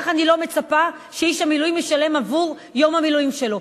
כך אני לא מצפה שאיש המילואים ישלם עבור יום המילואים שלו.